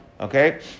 Okay